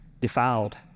defiled